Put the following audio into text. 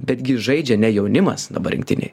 betgi žaidžia ne jaunimas dabar rinktinėj